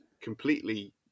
completely